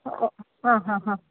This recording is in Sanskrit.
ओ हा हा हा